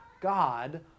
God